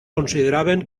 consideraven